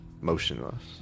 motionless